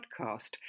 podcast